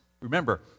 Remember